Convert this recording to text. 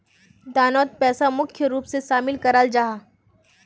दानोत पैसा मुख्य रूप से शामिल कराल जाहा